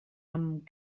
amb